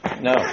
No